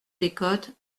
décote